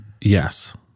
Yes